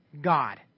God